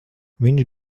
viņš